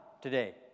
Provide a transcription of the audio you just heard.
today